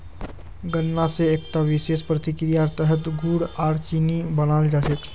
गन्ना स एकता विशेष प्रक्रियार तहतत गुड़ आर चीनी बनाल जा छेक